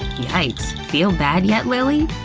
yikes, feel bad yet, lilly?